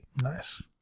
Nice